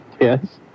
Yes